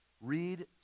Read